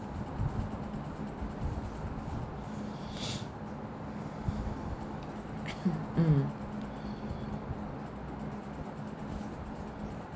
mm